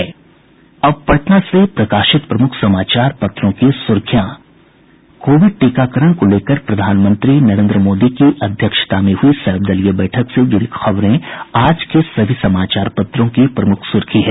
अब पटना से प्रकाशित प्रमुख समाचार पत्रों की सुर्खियां कोविड टीकाकरण को लेकर प्रधानमंत्री नरेंद्र मोदी की अध्यक्षता में हुई सर्वदलीय बैठक से जुड़ी खबरें आज के सभी समाचार पत्रों की प्रमुख सुर्खी है